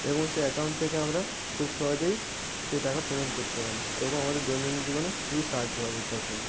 এবং সে অ্যাকাউন্ট থেকে আমরা খুব সহজেই সেই টাকা পেমেন্ট করতে পারি এবং আমাদের দৈনন্দিন জীবনে খুবই সাহায্য হয় এটার ফলে